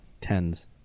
tens